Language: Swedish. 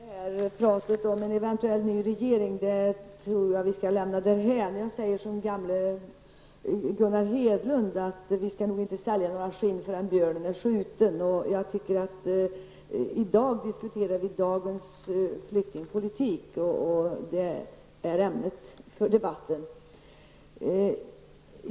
Fru talman! Talet om en eventuellt ny regering tror jag att vi skall lämna därhän. Jag säger som gamle Gunnar Hedlund att vi nog inte skall sälja några skinn förrän björnen är skjuten. I dag skall vi diskutera dagens flyktingpolitik. Det är ämnet för debatten.